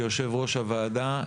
כיושב ראש הוועדה,